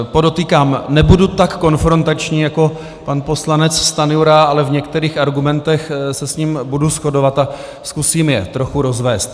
Podotýkám, nebudu tak konfrontační jako pan poslanec Stanjura, ale v některých argumentech se s ním budu shodovat a zkusím je trochu rozvést.